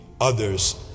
others